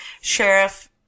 sheriff